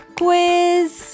quiz